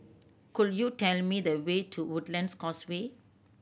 could you tell me the way to Woodlands Causeway